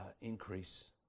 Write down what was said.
increase